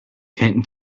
ken